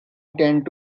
tend